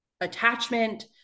attachment